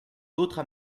d’autres